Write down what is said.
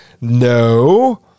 No